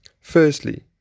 Firstly